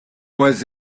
was